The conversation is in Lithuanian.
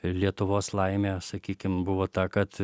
ir lietuvos laimė sakykim buvo ta kad